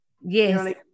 Yes